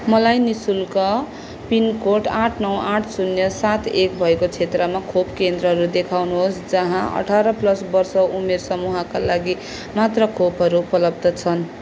मलाई नि शुल्क पिनकोड आठ नौ आठ शून्य सात एक भएको क्षेत्रमा खोप केन्द्रहरू देखाउनुहोस् जहाँ अठार प्लस वर्ष उमेर समूहका लागि मात्र खोपहरू उपलब्ध छन्